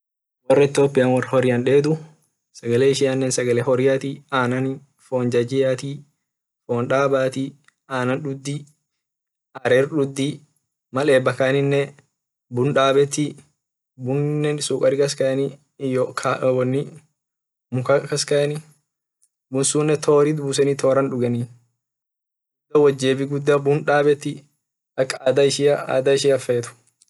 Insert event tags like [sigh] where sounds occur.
Wor ethiopia wor horian dethu sagale ishan sagele horiati anan fon jajiati fon dabati anan duti arer duti mal eba kanine bun dabeti bunine sukari kaskayeni [unintelligible] mukate kaskayeni won sunne tori itbuseni toran dugen wojeti guda bun dabeti ak ada ishia ada fet.